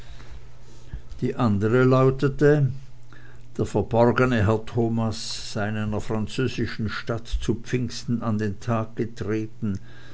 die andere lautete der verborgene herr thomas sei in einer französischen stadt zu pfingsten an den tag getreten